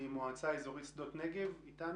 מועצה אזורית שדות נגב, בבקשה.